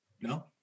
no